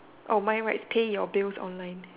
oh mine writes pay your bills online